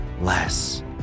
less